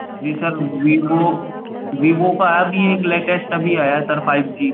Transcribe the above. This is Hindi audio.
जी सर वीवो वीवो का आया अभी एक लेटेस्ट अभी आया है सर फाइव जी